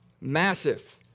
Massive